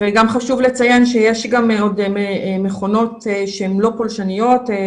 וגם חשוב לציין שיש גם עוד מכונות שהן לא פולשניות,